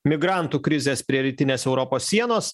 migrantų krizės prie rytinės europos sienos